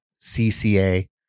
CCA